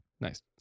Nice